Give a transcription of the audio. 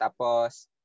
tapos